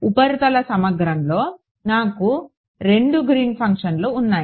ఉపరితల సమగ్రంలో నాకు రెండు గ్రీన్ ఫంక్షన్లు ఉన్నాయి